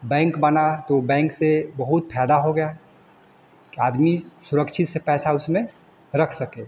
bank बना तो bank से बहुत फायदा हो गया कि आदमी सुरक्षित से पैसा उसमें रख सके